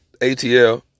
ATL